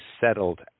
settled